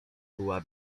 była